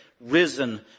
risen